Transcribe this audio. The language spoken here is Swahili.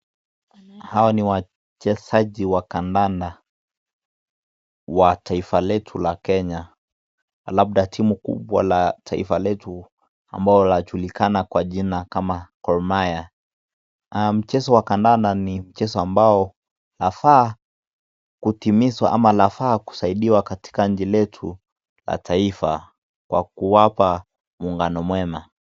Hawa ni wachezaji wa kandanda wa taifa letu la Kenya, labda timu kubwa la taifa letu ambalo linajulikana kama Gor Mahia. Mchezo wa kandanda ni mchezo ambao unafaa kutimizwa au unafaa kusaidia nchi yetu kwa kuleta muungano mwema.